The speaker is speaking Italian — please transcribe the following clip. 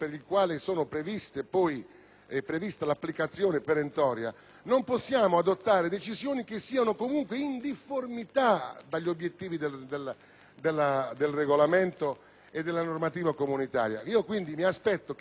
del regolamento e della normativa comunitaria. Quindi, mi aspetto che lei mi rassicuri in questo momento, signor Sottosegretario, sul fatto che tutto ciò che noi stiamo approvando in questo consesso sia in piena sintonia con tale regolamento, per evitare che